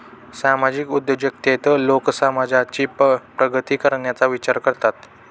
सामाजिक उद्योजकतेत लोक समाजाची प्रगती करण्याचा विचार करतात